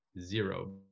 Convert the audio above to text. zero